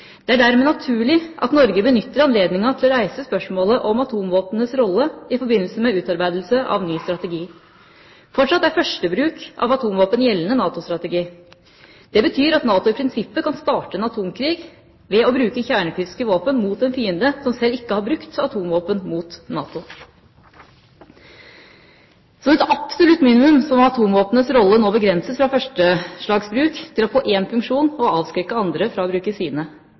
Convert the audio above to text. Det er dermed naturlig at Norge benytter anledningen til å reise spørsmålet om atomvåpnenes rolle i forbindelse med utarbeidelse av ny strategi. Fortsatt er førstebruk av atomvåpen gjeldende NATO-strategi. Det betyr at NATO i prinsippet kan starte en atomkrig ved å bruke kjernefysiske våpen mot en fiende som selv ikke har brukt atomvåpen mot NATO. Som et absolutt minimum må atomvåpnenes rolle nå begrenses fra førstebruk til å få én funksjon – å avskrekke andre fra å bruke sine.